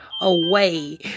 away